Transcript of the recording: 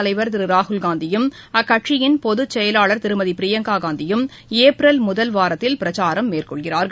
தலைவர் திருராகுல்காந்தியும் அக்கட்சியின் பொதுச்செயலாளர் அசாமில் காங்கிரஸ் திருமதிபிரியங்காகாந்தியும் ஏப்ரல் முதல்வாரத்தில் பிரச்சாரம் மேற்கொள்கிறார்கள்